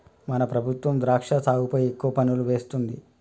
మన ప్రభుత్వం ద్రాక్ష సాగుపై ఎక్కువ పన్నులు వేస్తుంది